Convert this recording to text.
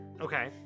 Okay